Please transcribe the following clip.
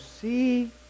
see